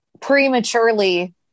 prematurely